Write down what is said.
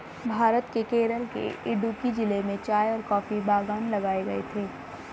भारत के केरल के इडुक्की जिले में चाय और कॉफी बागान लगाए गए थे